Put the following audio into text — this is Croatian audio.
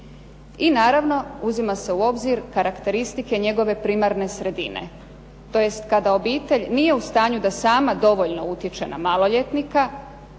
I naravno uzima se u obzir karakteristike njegove primarne sredine tj. kada obitelj nije u stanju da sama dovoljno utječe na maloljetnika